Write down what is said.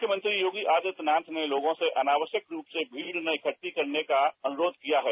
मुख्यमंत्री योगी आदित्यनाथ ने लोगों से अनावश्यक रूप से भीड़ न इकट्डी करने का अनुरोध किया है